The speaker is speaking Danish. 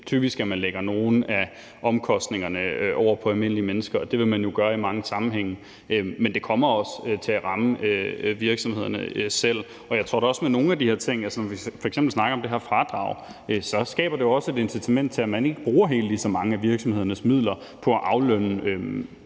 Det er rimelig typisk, at man lægger nogle af omkostningerne over på almindelige mennesker, og det vil man gøre i mange sammenhænge, men det kommer også til at ramme virksomhederne selv. Jeg tror da også, når vi f.eks. snakker om det her fradrag, at det skaber et incitament til, at man ikke bruger helt lige så mange af virksomhedernes midler på at aflønne direktører